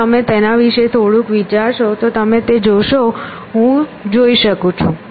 જો તમે તેના વિશે થોડુંક વિચારશો તો તમે તે જોશો હું જોઈ શકું છું